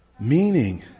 Meaning